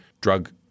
drug